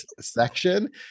section